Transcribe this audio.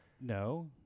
no